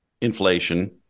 inflation